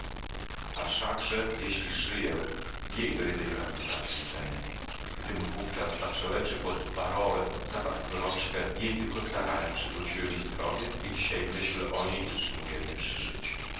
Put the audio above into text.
a wszakże jeśli żyję jej to jedynie mam do zawdzięczenia gdym wówczas na przełęczy pod barrowem zapadł w gorączkę jej tylko starania przywróciły mi zdrowie i dzisiaj myśl o niej utrzymuje mnie